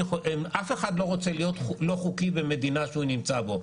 אף אחד לא רוצה להיות לא חוקי במדינה שהוא נמצא בה,